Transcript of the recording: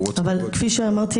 כפי שאמרתי,